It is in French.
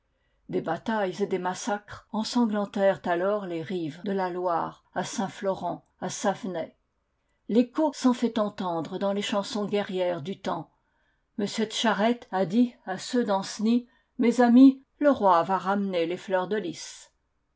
des batailles et des massacres ensanglantèrent alors les rives de la loire à saint florent à savenay l'écho s'en fait entendre dans les chansons guerrières du temps monsieur d charette a dit à ceux d'ancenis mes amis le roi va ramener les fleurs de lys